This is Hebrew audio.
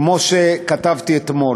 כמו שכתבתי אתמול: